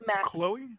chloe